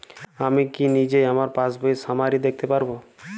আমি কি নিজেই আমার পাসবইয়ের সামারি দেখতে পারব?